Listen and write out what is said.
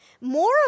more